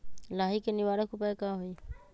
लाही के निवारक उपाय का होई?